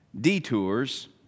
Detours